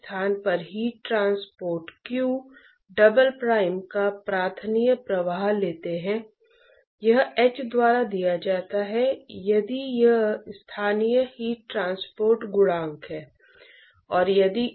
हम हमेशा मानते हैं कि कुछ मात्रा होती है जिसे हीट ट्रांसपोर्ट गुणांक कहा जाता है और यह हमें दिया जाता है